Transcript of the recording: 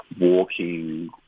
walking